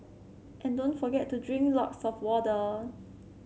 and don't forget to drink lots of water